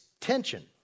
tension